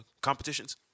competitions